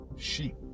sheep